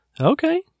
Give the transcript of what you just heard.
Okay